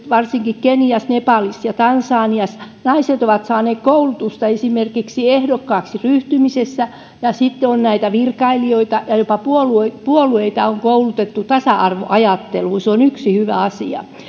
varsinkin keniassa nepalissa ja tansaniassa naiset ovat saaneet koulutusta esimerkiksi ehdokkaaksi ryhtymisessä ja sitten on näitä virkailijoita ja jopa puolueita puolueita koulutettu tasa arvoajatteluun se on yksi hyvä asia